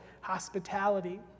hospitality